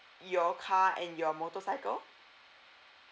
your car and your motorcycle